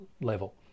level